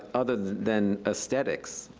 other than aesthetics,